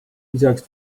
lisaks